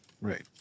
Right